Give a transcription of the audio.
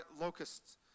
locusts